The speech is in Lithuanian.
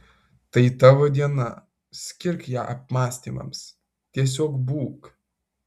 tai tavo diena skirk ją apmąstymams tiesiog būk